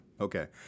Okay